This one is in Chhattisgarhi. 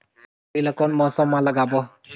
जोणी ला कोन मौसम मा लगाबो?